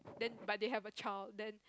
then but they have a child then